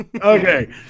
okay